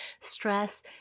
stress